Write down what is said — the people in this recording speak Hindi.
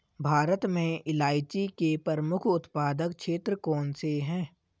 भारत में इलायची के प्रमुख उत्पादक क्षेत्र कौन से हैं?